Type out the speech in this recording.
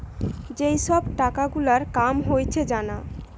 যেই সব টাকা গুলার কাম হয়েছে জানা